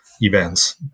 events